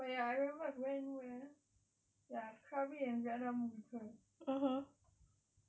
ya but I remember I went where ah ya krabi and vietnam with her